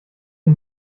die